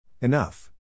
enough